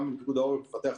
גם פיקוד העורף פיתח